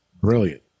brilliant